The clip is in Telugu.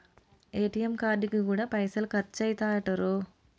ఏ.టి.ఎమ్ కార్డుకు గూడా పైసలు ఖర్చయితయటరో